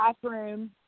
classroom